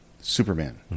Superman